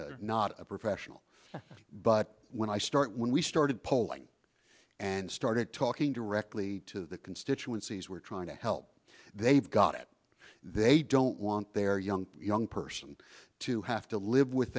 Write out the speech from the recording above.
not a professional but when i started when we started polling and started talking directly to the constituencies we're trying to help they've got it they don't want their young young person to have to live with